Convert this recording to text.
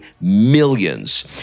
millions